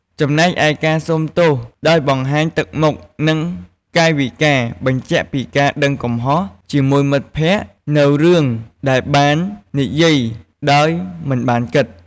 ចំណែកឯ ការសូមទោសដោយបង្ហាញទឹកមុខ និងកាយវិការបញ្ជាក់ពីការដឹងកំហុសជាមួយមិត្តភក្តិនូវរឿងដែលបាននិយាយដោយមិនបានគិត។